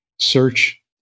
Search